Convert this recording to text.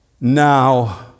Now